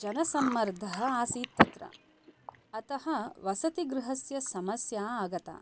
जनसम्मर्दः आसीत् तत्र अतः वसतिगृहस्य समस्या आगता